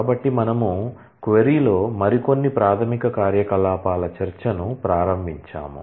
కాబట్టి మనము క్వరీలో మరికొన్ని ప్రాథమిక కార్యకలాపాల చర్చను ప్రారంభించాము